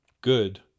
Good